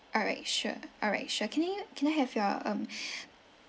alright sure alright sure can you can I have your um